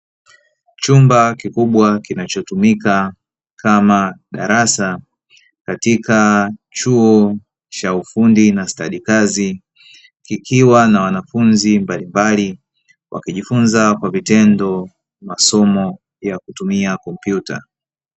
Chumba kikubwa kinachotumika kama darasa, katika chuo cha ufundi na stadi kazi kikiwa na wanafunzi mbalimbali wakijifunza kwa vitendo, masomo ya kutumia kompyuta.